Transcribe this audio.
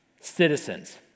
citizens